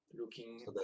looking